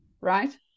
right